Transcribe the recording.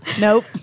Nope